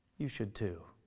you should too.